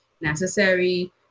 necessary